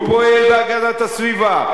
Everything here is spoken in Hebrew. הוא פועל בהגנת הסביבה,